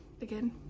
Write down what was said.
again